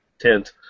tent